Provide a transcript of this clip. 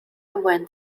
went